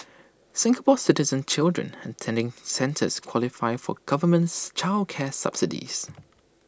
Singapore Citizen children attending centres qualify for governments child care subsidies